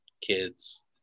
kids